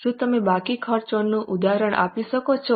શું તમે બાકી ખર્ચનું ઉદાહરણ આપી શકો છો